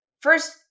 first